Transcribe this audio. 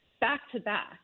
back-to-back